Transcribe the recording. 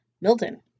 Milton